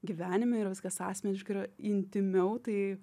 gyvenime yra viskas asmeniška yra intymiau tai